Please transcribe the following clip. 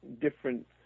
different